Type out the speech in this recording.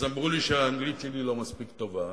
אז אמרו לי שהאנגלית שלי לא מספיק טובה.